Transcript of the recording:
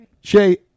Shay